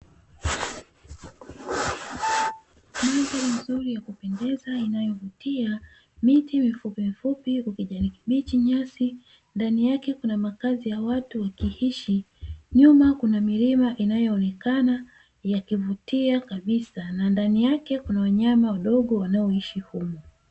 Mandhari nzuri ya kupendeza inayovutia , miti mifupi mifupi kwa kijani kibichi , nyasi ndani yake kuna makazi ya watu wakiishi, nyuma kuna milima inayoonekana yakivutia kabisa na ndani yake kuna wanyama wadogo wanaoishi humo.